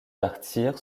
partir